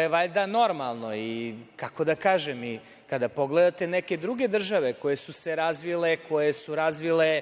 je valjda normalno i, kako da kažem, kada pogledate neke druge države koje su se razvile, koje su razvile